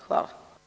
Hvala.